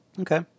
Okay